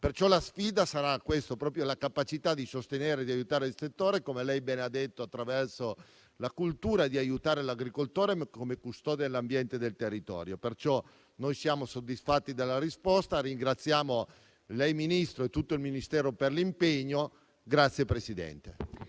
Perciò la sfida sarà proprio la capacità di sostenere e di aiutare il settore, come lei ben ha detto, attraverso la cultura dell'aiuto all'agricoltore come custode dell'ambiente e del territorio. Siamo soddisfatti della risposta. Ringraziamo lei, Ministro, e tutto il Ministero per l'impegno.